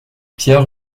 pierre